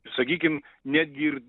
sakykim netgi ir